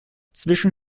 zwischen